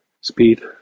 speed